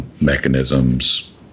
mechanisms